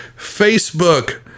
Facebook